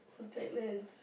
contact lens